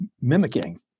mimicking